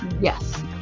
Yes